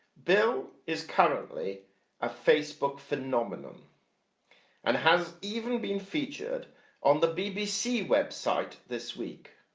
bill is currently a facebook phenomenon and has even been featured on the bbc website this week.